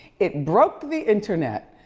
it broke the internet.